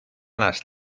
las